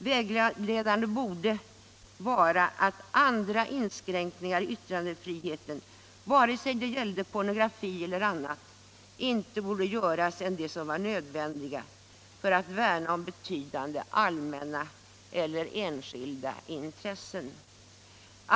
Vägledande borde vara att andra inskränkningar i yttrandefriheten, vare sig det gällde pornografi eller annat, inte borde göras än de som var nödvändiga för att värna om betydande allmänna eller enskilda intressen.